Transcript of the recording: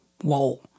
Whoa